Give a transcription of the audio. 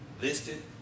listed